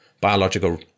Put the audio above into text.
biological